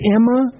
Emma